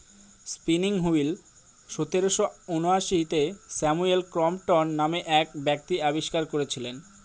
spinning wheel সতেরোশো ঊনআশিতে Samuel Crompton নামে এক ব্যক্তি আবিষ্কার করেছিলেন